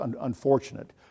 unfortunate